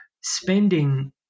spending